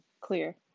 clear